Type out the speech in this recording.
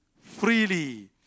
freely